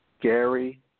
Gary